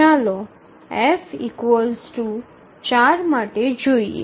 ચાલો F ૪ માં જોઈએ